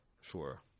sure